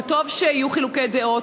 וטוב שיהיו חילוקי דעות,